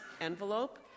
envelope